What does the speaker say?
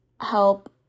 help